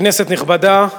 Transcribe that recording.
כנסת נכבדה,